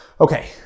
Okay